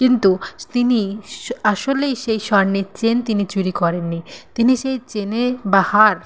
কিন্তু তিনি আসলেই সেই স্বর্ণের চেন তিনি চুরি করেননি তিনি সেই চেনে বা হার